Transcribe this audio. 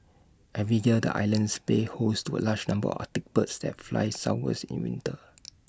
every year the island plays host to A large number Arctic birds that fly southwards in winter